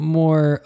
more